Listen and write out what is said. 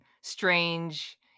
strange